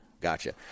gotcha